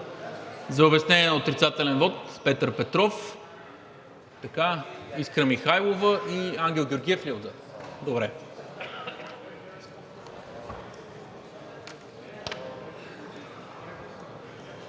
За обяснение на отрицателен вот – Петър Петров, Искра Михайлова и Ангел Георгиев? Добре.